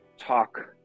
talk